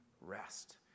rest